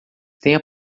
tenha